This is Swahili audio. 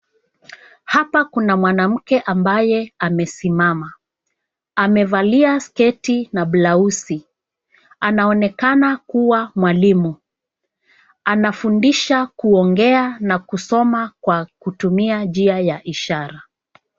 Hapa kuna mwanamke ambaye amesimama. Amevalia sketi na blauzi. Anaonekana kuwa mwalimu. Anafundisha kuongea na kusoma kwa kutumia njia ya ishara.